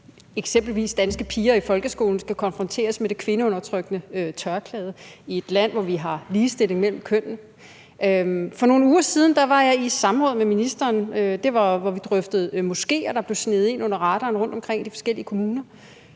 at eksempelvis danske piger i folkeskolen skal konfronteres med det kvindeundertrykkende tørklæde i et land, hvor vi har ligestilling mellem kønnene. For nogle uger siden var jeg i samråd med ministeren. Det var et samråd, hvor vi drøftede moskéer, der blev sneget ind under radaren rundtomkring i de forskellige kommuner,